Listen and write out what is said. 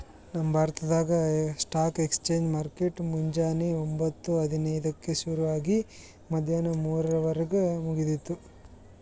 ನಮ್ ಭಾರತ್ದಾಗ್ stock exchange market ಮುಂಜಾನಿ ಒಂಬತ್ತು ಹದಿನೈದಕ್ಕ ಶುರು ಆಗಿ ಮದ್ಯಾಣ ಮೂರುವರಿಗ್ ಮುಗಿತದ್